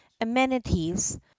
amenities